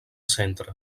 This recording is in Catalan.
centre